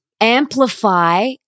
amplify